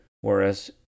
whereas